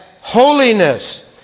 holiness